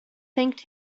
thanked